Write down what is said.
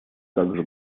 также